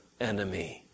enemy